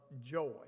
joy